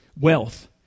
wealth